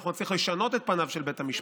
אנחנו נצליח לשנות את פניו של בית המשפט.